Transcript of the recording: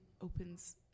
opens